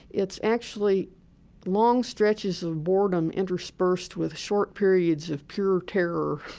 it's actually long stretches of boredom interspersed with short periods of pure terror.